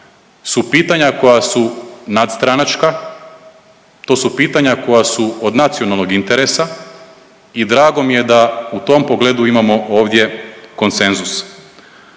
su pitanja koja su nadstranačka. To su pitanja koja su od nacionalnog interesa i drago mi je da u tom pogledu imamo ovdje konsenzus.